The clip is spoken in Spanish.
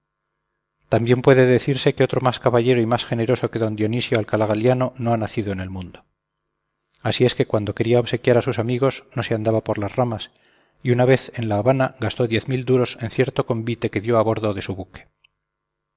también puede decirse que otro más caballero y más generoso que d dionisio alcalá galiano no ha nacido en el mundo así es que cuando quería obsequiar a sus amigos no se andaba por las ramas y una vez en la habana gastó diez mil duros en cierto convite que dio a bordo de su buque